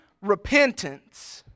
repentance